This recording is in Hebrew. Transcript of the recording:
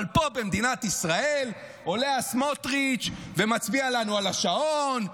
אבל פה במדינת ישראל עולה הסמוטריץ' ומצביע לנו על השעון,